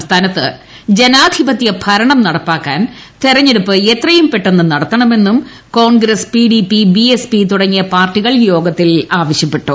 സംസ്ഥാനത്ത് ജനാധിപത്യ ഭരണം നടപ്പാക്കാൻ തെരഞ്ഞെടുപ്പ് എത്രയും പെട്ടെന്ന് നടത്തണമെന്നും കോൺഗ്രസ് പിഡിപി ബിഎസ്പി തുടങ്ങിയ പാർട്ടികൾ യോഗത്തിൽ ആവശ്യപ്പെട്ടു